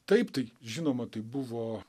taip tai žinoma tai buvo